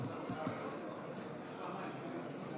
אדוני.